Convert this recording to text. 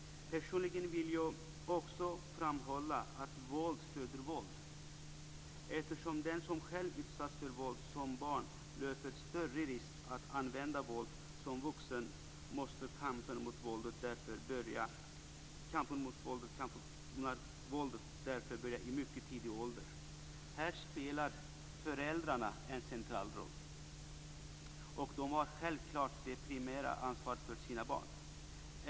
Personligen vill jag också framhålla att våld föder våld. Eftersom den som själv utsatts för våld som barn löper större risk att använda våld som vuxen måste kampen mot våldet börja i mycket tidig ålder. Här spelar föräldrarna en central roll, och de har självklart det primära ansvaret för sina barn.